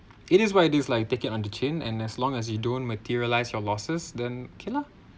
it is what it is lah you take it on the chain and as long as you don't materialise your losses then okay lah